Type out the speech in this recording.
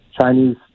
Chinese